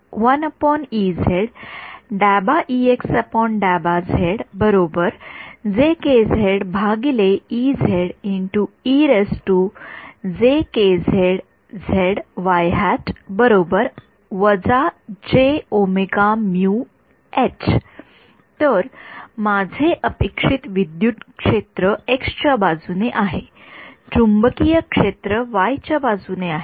विद्यार्थी तर माझे अपेक्षित विद्युत क्षेत्र च्या बाजूने आहे चुंबकीय क्षेत्र च्या बाजूने आहे